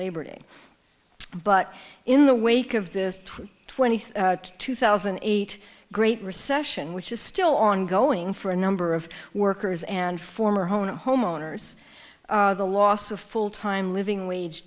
labor day but in the wake of this twenty three two thousand and eight great recession which is still ongoing for a number of workers and former home homeowners the loss of full time living wage